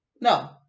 no